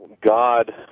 God